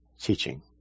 teaching